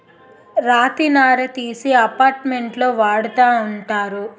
రాతి నార తీసి అపార్ట్మెంట్లో వాడతా ఉంటారు